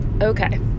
Okay